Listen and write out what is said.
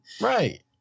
right